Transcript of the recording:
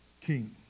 king